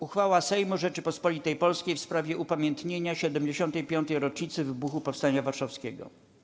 Uchwała Sejmu Rzeczypospolitej Polskiej w sprawie upamiętnienia 75. rocznicy wybuchu Powstania Warszawskiego.